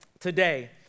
Today